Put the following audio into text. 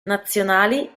nazionali